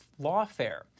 lawfare